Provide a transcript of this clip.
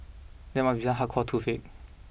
that must be some hardcore toothache